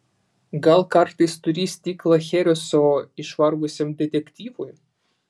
gal kartais turi stiklą chereso išvargusiam detektyvui